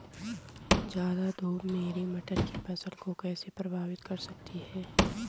ज़्यादा धूप मेरी मटर की फसल को कैसे प्रभावित कर सकती है?